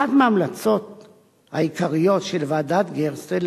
אחת מההמלצות העיקריות של ועדת-גרסטל